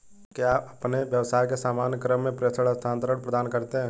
क्या आप अपने व्यवसाय के सामान्य क्रम में प्रेषण स्थानान्तरण प्रदान करते हैं?